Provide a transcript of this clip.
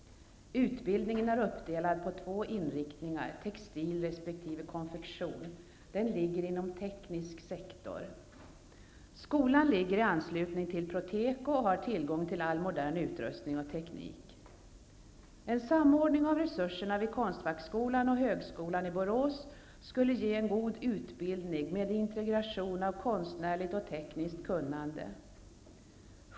Utbildningen är uppdelad på två inriktningar, textil resp. konfektion. Den ligger inom teknisk sektor. Skolan ligger i anslutning till Proteko och har tillgång till all modern utrustning och teknik. En samordning av resurserna vid Konstfackskolan och högskolan i Borås skulle ge en god utbildning med integration av konstnärligt och tekniskt kunnande.